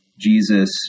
Jesus